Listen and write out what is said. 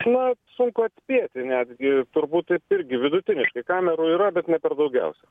na sunku atspėti netgi turbūt taip irgi vidutiniškai kamerų yra bet ne per daugiausiai